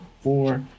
four